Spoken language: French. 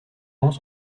camps